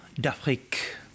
d'Afrique